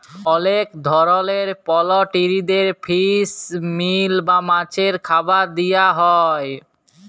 অলেক ধরলের পলটিরিদের ফিস মিল বা মাছের খাবার দিয়া হ্যয়